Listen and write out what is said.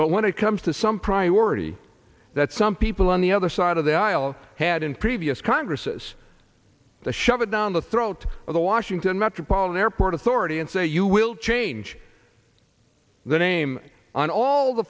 but when it comes to some priority that some people on the other side of the aisle had in previous congresses to shove it down the throat of the washington metropolitan airport authority and say you will change the name on all the